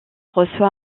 reçoit